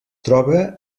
troba